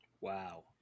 wow